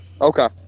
Okay